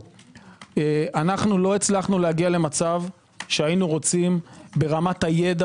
לא הצלחנו להגיע למצב שהיינו רוצים ברמת הידע